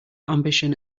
ambition